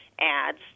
ads